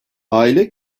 aile